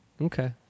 okay